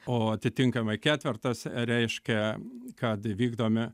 o atitinkamai ketvertas reiškia kad vykdome